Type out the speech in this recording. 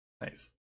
nice